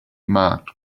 marked